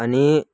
अनि